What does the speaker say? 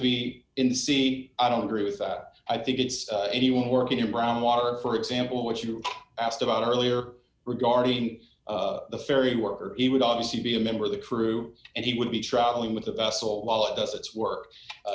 be in c i don't agree with that i think it's anyone working in brown water for example what you asked about earlier regarding the ferry worker it would obviously be a member of the crew and he would be traveling with the vessel while it does its work